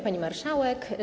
Pani Marszałek!